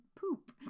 poop